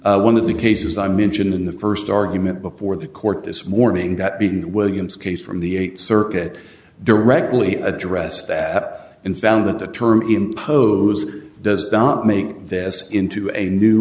that one of the cases i mentioned in the st argument before the court this morning that being williams case from the th circuit directly addressed that and found that the term impose does doubt make this into a new